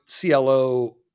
CLO